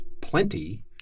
plenty